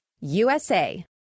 USA